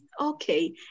okay